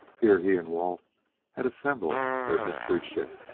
here he and walt had assembled their mystery ship.